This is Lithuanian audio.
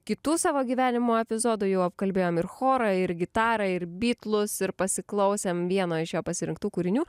kitų savo gyvenimo epizodų jau apkalbėjom ir chorą ir gitarą ir bitlus ir pasiklausėm vieno iš jo pasirinktų kūrinių